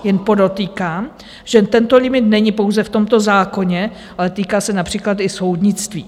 Jen podotýkám, že tento limit není pouze v tomto zákoně, ale týká se například i soudnictví.